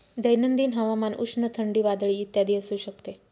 दैनंदिन हवामान उष्ण, थंडी, वादळी इत्यादी असू शकते